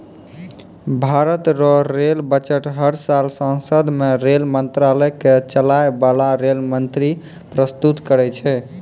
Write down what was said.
भारत रो rail budget हर साल सांसद मे रेल मंत्रालय के चलाय बाला रेल मंत्री परस्तुत करै छै